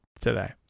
today